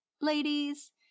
ladies